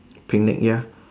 picnic ya